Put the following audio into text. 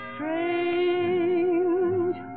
Strange